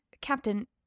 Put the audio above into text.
Captain